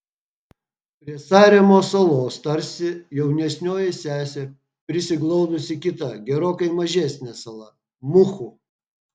prie saremos salos tarsi jaunesnioji sesė prisiglaudusi kita gerokai mažesnė sala muhu